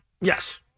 Yes